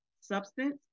substance